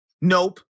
Nope